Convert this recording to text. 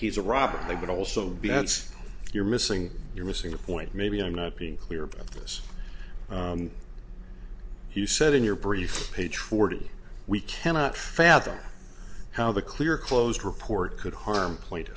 he's a robber they would also be hence you're missing you're missing the point maybe i'm not being clear about this he said in your brief page forty we cannot fathom how the clear clothes report could harm plaint